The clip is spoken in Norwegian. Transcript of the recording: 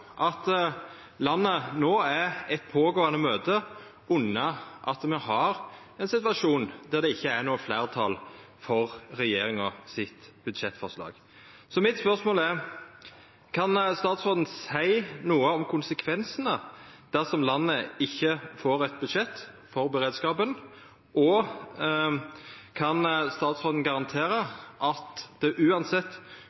at landet no er eit pågåande møte unna at me har ein situasjon der det ikkje er noko fleirtal for regjeringas budsjettforslag. Så mitt spørsmål er: Kan statsråden seia noko om konsekvensane dersom landet ikkje får eit budsjett for beredskapen? Og: Kan statsråden